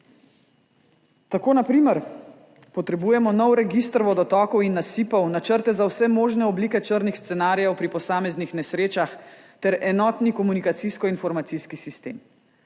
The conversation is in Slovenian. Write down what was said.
Tako na primer potrebujemo nov register vodotokov in nasipov, načrte za vse možne oblike črnih scenarijev pri posameznih nesrečah ter enotni komunikacijsko informacijski sistem.